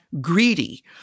greedy